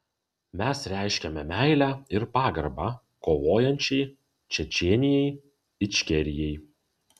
mes reiškiame meilę ir pagarbą kovojančiai čečėnijai ičkerijai